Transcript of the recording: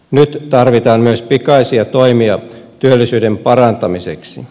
nyt tarvitaan myös pikaisia toimia työllisyyden parantamiseksi